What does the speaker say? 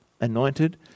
anointed